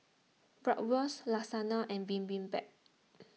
Bratwurst Lasagne and Bibimbap